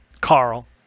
Carl